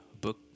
book